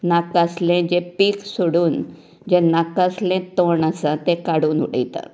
नाकासलें जे पीक सोडून जे नाका आसलें तण आसा तें काडून उडयता